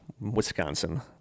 Wisconsin